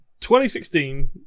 2016